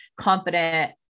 confident